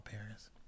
parents